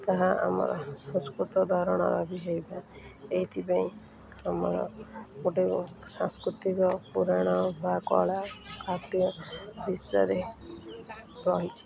ତାହା ଆମର ସଂସ୍କୃତ ଧରଣର ବି ହେଇପାରେ ଏଇଥିପାଇଁ ଆମର ଗୋଟେ ସାଂସ୍କୃତିକ ପୁରାଣ ବା କଳା ବିଷୟରେ ରହିଛି